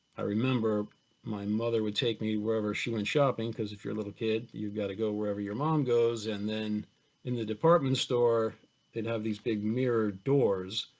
i remember my mother would take me wherever she went shopping, but if you're a little kid, you've got to go wherever your mom goes and then in the department store they'd have these big mirrored doors